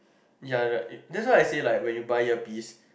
yeah that's why I say like when you buy earpiece